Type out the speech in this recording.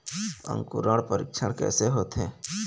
अंकुरण परीक्षण कैसे होथे?